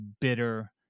bitter